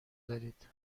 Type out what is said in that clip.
دارید